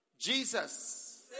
Jesus